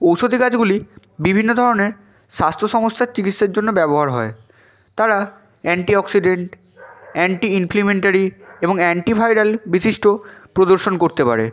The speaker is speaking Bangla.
ঔষধি গাছগুলি বিভিন্ন ধরনের স্বাস্থ্য সমস্যার চিকিৎসার জন্য ব্যবহার হয় তারা অ্যান্টিঅক্সিডেন্ট অ্যান্টিইনফ্ল্যামেটরি এবং অ্যান্টিভাইরাল বিশিষ্ট প্রদর্শন করতে পারে